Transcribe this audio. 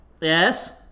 Yes